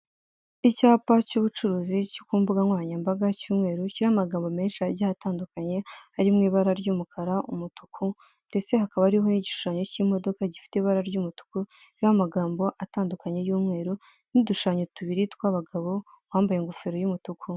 Icyaoa cy'ubucuruzi cyo kumbuga nkoranyambaga, cy'umweru, kiriho amagambo menshi agiye atandukanye ari mu ibara ry'umukara, umutuku, ndetse hakaba hariho igishushanyo k'imodoka gifite ibara ry'umutuku, kiriho amagambo atandukanye y'umweru, n'udushushanyo tubiri tw'abagabo uwambaye ingofero y'umutuku.